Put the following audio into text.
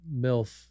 MILF